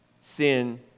sin